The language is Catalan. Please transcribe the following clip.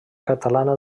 catalana